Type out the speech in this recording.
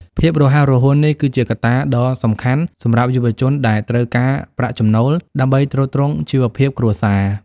ភាពរហ័សរហួននេះគឺជាកត្តាដ៏សំខាន់សម្រាប់យុវជនដែលត្រូវការប្រាក់ចំណូល ដើម្បីទ្រទ្រង់ជីវភាពគ្រួសារ។